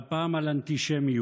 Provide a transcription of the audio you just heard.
והפעם על אנטישמיות.